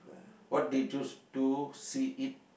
what they choose to see it